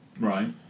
right